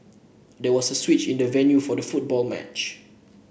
there was a switch in the venue for the football match